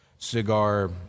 Cigar